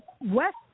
West